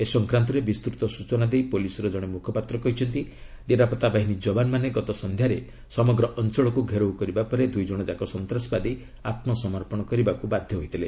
ଏ ସଂକ୍ରାନ୍ତରେ ବିସ୍ତୁତ ସୂଚନା ଦେଇ ପୁଲିସ୍ର କଣେ ମୁଖପାତ୍ର କହିଛନ୍ତି ନିରାପତ୍ତା ବାହିନୀ ଯବାନମାନେ ଗତ ସନ୍ଧ୍ୟାରେ ସମଗ୍ର ଅଞ୍ଚଳକୁ ଘେରଉ କରିବା ପରେ ଦୁଇ ଜଣଯାକ ସନ୍ତାସବାଦୀ ଆତ୍ମସମର୍ପଣ କରିବାକୁ ବାଧ ହୋଇଥିଲେ